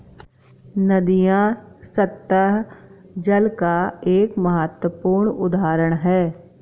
नदियां सत्तह जल का एक महत्वपूर्ण उदाहरण है